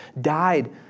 died